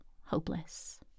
hopeless